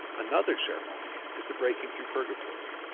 another ceremony is the breaking through purgatory.